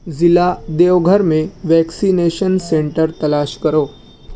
ضلع دیوگھر میں vaccination centre تلاش کرو